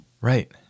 Right